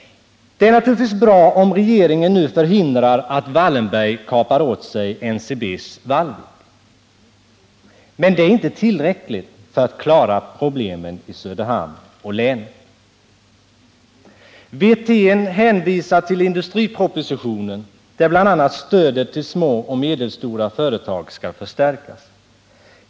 Det är naturligtvis bra om regeringen nu förhindrar att Wållenberg kapar åt sig NCB:s Vallvik. Men detta är inte tillräckligt för att klara problemen i Söderhamn och länet. Rolf Wirtén hänvisar till industripropositionen, där det bl.a. föreslås att stödet till små och medelstora företag skall förstärkas.